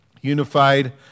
Unified